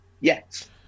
Yes